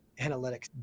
analytics